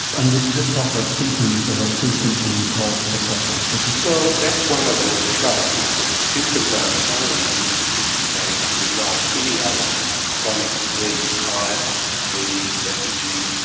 and we should just talk about the symptoms that are true symptoms of testosterone deficiency. well, that's one of the troubles is that the symptoms are entirely non-specific. they can be like any other chronic disease tiredness, fatigue, lethargy,